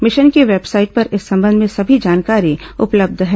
mission की website पर इस संबंध में सभी जानकारी उपलब्ध है